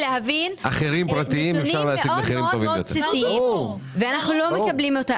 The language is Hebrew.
להבין נתונים מאוד בסיסיים, ואנחנו לא מקבלים.